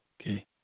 okay